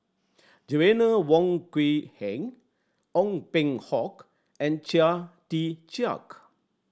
Joanna Wong Quee Heng Ong Peng Hock and Chia Tee Chiak